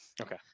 Okay